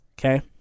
Okay